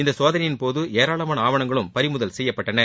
இந்த சோதனையின் போது ஏராளமான ஆவணங்களும் பறிமுதல் செய்யப்பட்டன